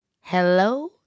Hello